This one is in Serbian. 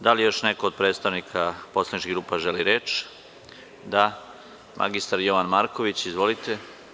Da li još neko od predstavnika poslaničkih grupa želi reč? (Da.) Reč ima mr Jovan Marković, izvolite.